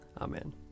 Amen